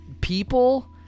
people